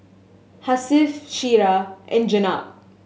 Hasif Syirah and Jenab